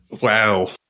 Wow